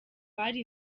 bari